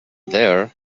there